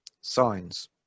signs